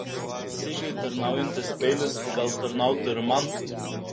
sigiui tarnaujantis peilis gal tarnautų ir man